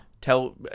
Tell